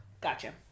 gotcha